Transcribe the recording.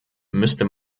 müsste